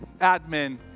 admin